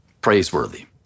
praiseworthy